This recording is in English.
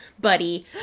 buddy